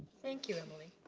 thank you emily.